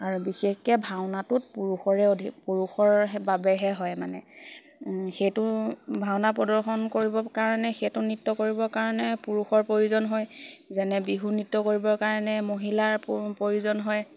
আৰু বিশেষকে ভাওনাটোত পুৰুষৰে অধিক পুৰুষৰ বাবেহে হয় মানে সেইটো ভাওনা প্ৰদৰ্শন কৰিবৰ কাৰণে সেইটো নৃত্য কৰিবৰ কাৰণে পুৰুষৰ প্ৰয়োজন হয় যেনে বিহু নৃত্য কৰিবৰ কাৰণে মহিলাৰ প্ৰয়োজন হয়